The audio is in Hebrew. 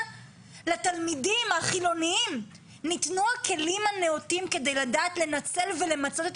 לתלמידים החילוניים ניתנו כלים הנאותים כדי לדעת לנצל ולמצות את